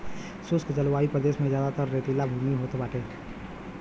शुष्क जलवायु प्रदेश में जयादातर रेतीली भूमि होत बाटे